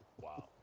Wow